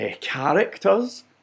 characters